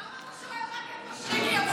למה אתה שואל רק את מישרקי, המורה?